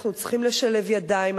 אנחנו צריכים לשלב ידיים,